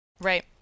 Right